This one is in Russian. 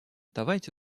давайте